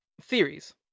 theories